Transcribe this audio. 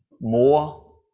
more